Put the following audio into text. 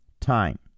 time